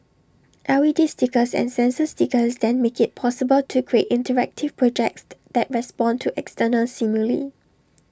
L E D stickers and sensor stickers then make IT possible to create interactive projects that respond to external stimuli